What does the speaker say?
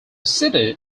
city